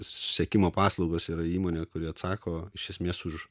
susisiekimo paslaugos yra įmonė kuri atsako iš esmės už